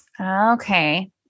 Okay